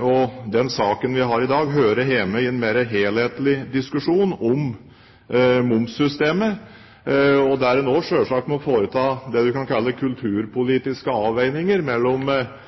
og den saken vi har i dag, hører hjemme i en mer helhetlig diskusjon om momssystemet, der en også selvsagt må foreta det en kan kalle kulturpolitiske avveininger mellom